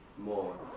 more